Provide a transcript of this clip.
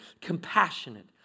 compassionate